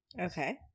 Okay